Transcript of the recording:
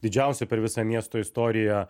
didžiausia per visą miesto istoriją